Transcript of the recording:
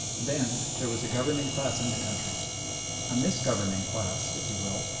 then there was a governing class in the country a misgoverning class, if you will,